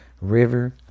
River